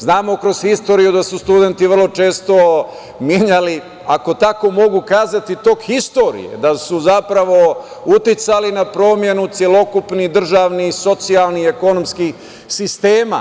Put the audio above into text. Znamo kroz istoriju da su studenti vrlo često menjali, ako tako mogu kazati, tok istorije, da su, zapravo, uticali na promenu celokupnih državnih, socijalnih, ekonomskih sistema.